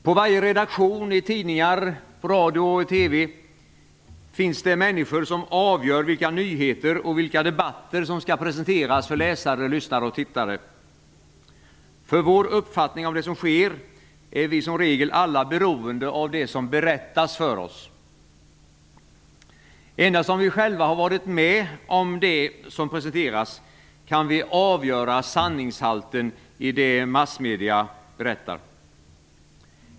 På varje redaktion, i tidningar, i radio och TV finns det människor som avgör vilka nyheter och vilka debatter som skall presenteras för läsare, lyssnare och tittare. För vår uppfattning om det som sker är vi som regel alla beroende av det som berättas för oss. Endast om vi själva har varit med om det som presenteras kan vi avgöra sanningshalten i det som massmedierna berättar.